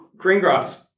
Greengrass